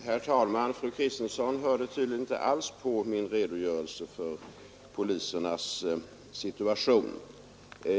Herr talman! Fru Kristensson hörde tydligen inte alls på min redogörelse för polisernas situation.